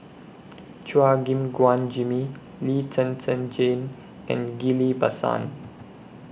Chua Gim Guan Jimmy Lee Zhen Zhen Jane and Ghillie BaSan